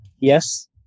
Yes